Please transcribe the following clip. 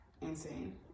Insane